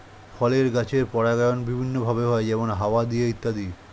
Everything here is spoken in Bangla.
ফলের গাছের পরাগায়ন বিভিন্ন ভাবে হয়, যেমন হাওয়া দিয়ে ইত্যাদি